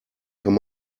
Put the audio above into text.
kann